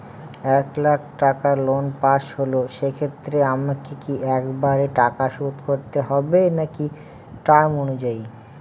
এক লাখ টাকা loan pass হল সেক্ষেত্রে আমাকে কি একবারে টাকা শোধ করতে হবে নাকি টার্ম অনুযায়ী?